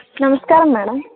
నమస్కారం మ్యాడమ్